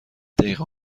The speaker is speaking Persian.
دقیقه